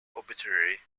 obituary